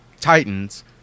Titans